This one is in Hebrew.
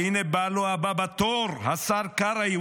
והינה בא לו הבא בתור, השר קרעי.